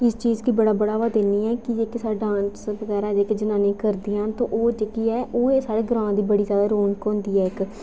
इस चीज़ गी बड़ा बढ़ावा दि'न्नी आं कि साढ़े डांस बगैरा जेह्कियां जनानियां करदियां न ओह् जेह्की ऐ ओह् साढ़े ग्रांऽ बिच रौनक होंदी ऐ इक